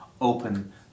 Open